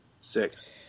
Six